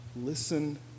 listen